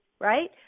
right